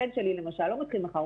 הבן שלי למשל לא מתחיל מחר,